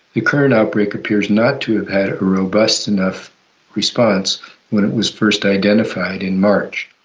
the current outbreak appears not to have had a robust enough response when it was first identified in march.